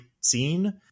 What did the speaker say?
scene